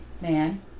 man